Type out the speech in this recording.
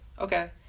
Okay